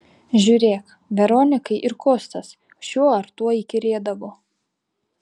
žiūrėk veronikai ir kostas šiuo ar tuo įkyrėdavo